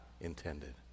intended